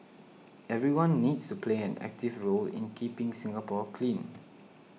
everyone needs to play an active role in keeping Singapore clean